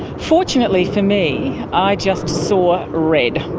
fortunately for me i just saw red,